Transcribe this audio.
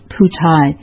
Putai